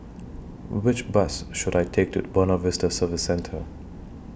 Which Bus should I Take to Buona Vista Service Centre